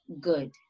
good